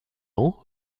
ans